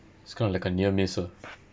it's kind of like a near miss ah